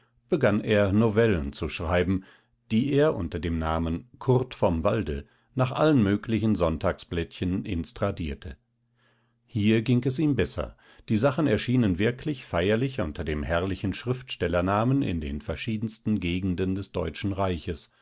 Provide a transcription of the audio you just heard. begann er novellen zu schreiben die er unter dem namen kurt vom walde nach allen möglichen sonntagsblättchen instradierte hier ging es ihm besser die sachen erschienen wirklich feierlich unter dem herrlichen schriftstellernamen in den verschiedensten gegenden des deutschen reiches